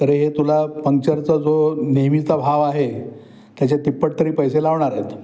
तर हे तुला पंक्चरचा जो नेहमीचा भाव आहे त्याच्या तिप्पट तरी पैसे लावणार आहेत